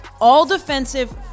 All-Defensive